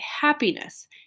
happiness